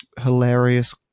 hilarious